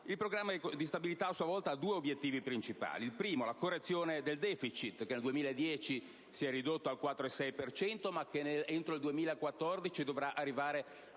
Il Programma di stabilità, a sua volta, ha due obiettivi principali. Il primo è la correzione del deficit, che nel 2010 si è ridotto al 4,6 per cento, ma che entro il 2014 dovrà arrivare